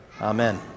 Amen